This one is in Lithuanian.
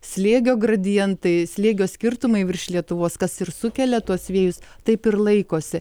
slėgio gradientai slėgio skirtumai virš lietuvos kas ir sukelia tuos vėjus taip ir laikosi